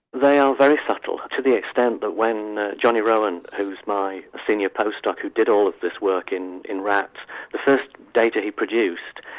they are very subtle to the extent that when johnny rowan who's my senior post doc who did all of this work in in rats, the first data he produced,